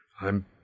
I'm